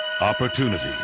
Opportunity